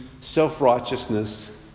self-righteousness